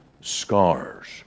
scars